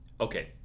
okay